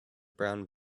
brown